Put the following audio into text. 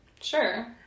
Sure